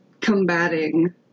combating